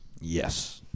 Yes